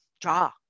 draw